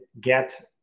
get